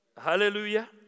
Hallelujah